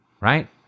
right